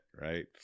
right